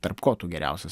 tarp ko tu geriausias